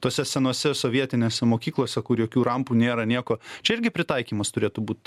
tose senose sovietinėse mokyklose kur jokių rampų nėra nieko čia irgi pritaikymas turėtų būt